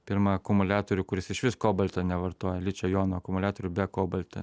pirmą akumuliatorių kuris išvis kobalto nevartoja ličio jonų akumuliatorių be kobalto